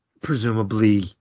presumably